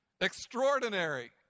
Extraordinary